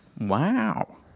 wow